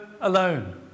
alone